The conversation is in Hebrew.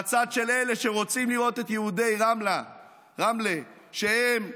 בצד של אלה שרוצים לראות את יהודי רמלה שהם מוגנים,